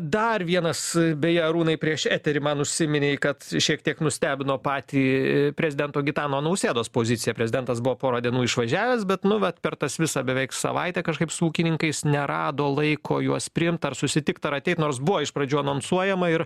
dar vienas beje arūnai prieš eterį man užsiminei kad šiek tiek nustebino patį prezidento gitano nausėdos pozicija prezidentas buvo porą dienų išvažiavęs bet nu vat per tas visą beveik savaitę kažkaip su ūkininkais nerado laiko juos priimt ar susitikt ar ateiti nors buvo iš pradžių anonsuojama ir